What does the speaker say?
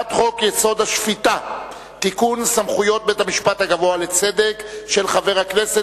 45 בעד, אין מתנגדים, אין נמנעים.